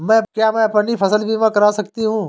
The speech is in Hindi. क्या मैं अपनी फसल बीमा करा सकती हूँ?